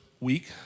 week